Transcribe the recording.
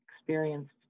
experienced